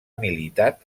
militat